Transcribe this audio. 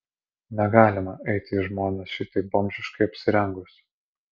negalima eiti į žmones šitaip bomžiškai apsirengus